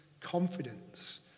confidence